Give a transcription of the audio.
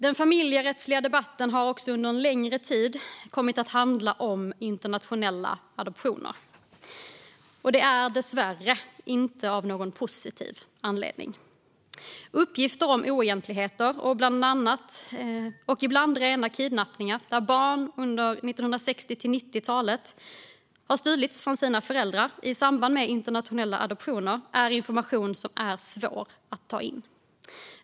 Den familjerättsliga debatten har under en längre tid också kommit att handla om internationella adoptioner, dessvärre inte av någon positiv anledning. Uppgifterna om oegentligheter och ibland rena kidnappningar där barn under 1960 till 1990-talet har stulits från sina föräldrar i samband med internationella adoptioner är information som är svår att ta in.